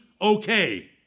okay